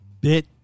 bit